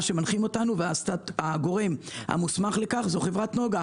שמנחים אותנו והגורם המוסמך לכך זאת חברת נגה.